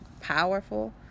powerful